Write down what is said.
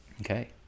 Okay